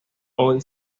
hoy